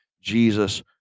Jesus